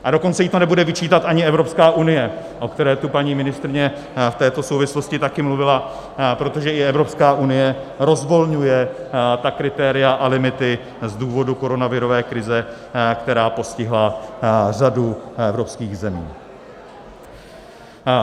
A dokonce jí to nebude vyčítat ani Evropská unie, o které tu paní ministryně v této souvislosti také mluvila, protože i Evropská unie rozvolňuje ta kritéria a limity z důvodu koronavirové krize, která postihla řadu evropských zemí.